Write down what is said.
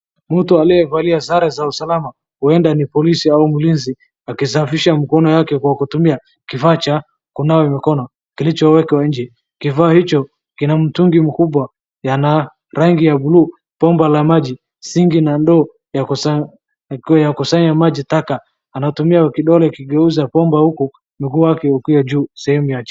Mtu aliyevalia sare za usalama ,huenda ni polisi au mlinzi akisafisha mkono wake akitumia kifaa cha kunawaka mikono kilichoekwa nje. Kifaa hicho kina na mtungi mkubwa na rangi ya bluu bomba la maji, sinki na doo ya kusanya maji taka. Anatumia kidole akigeuza kwamba huku mguu wake ukiwa juu sehemu ya chini.